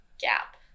gap